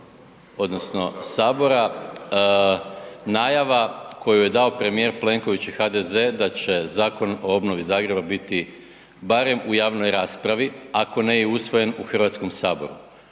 odnosno sabora, najava koju je dao premijer Plenković i HDZ da će Zakon o obnovi Zagreba biti barem u javnoj raspravi, ako ne i usvojen u HS. Znači, sa